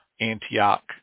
Antioch